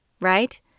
Right